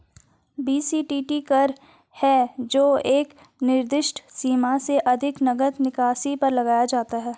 BCTT कर है जो एक निर्दिष्ट सीमा से अधिक नकद निकासी पर लगाया जाता है